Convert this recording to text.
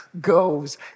goes